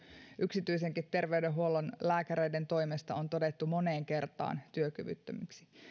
yksityisenkin terveydenhuollon lääkäreiden toimesta on todettu moneen kertaan työkyvyttömiksi